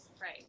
Right